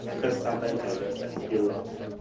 ah cause sometimes i just like feel lost.